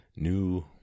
new